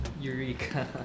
Eureka